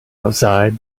outside